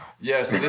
yes